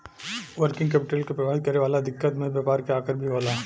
working capital के प्रभावित करे वाला दिकत में व्यापार के आकर भी होला